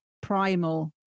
primal